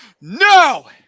no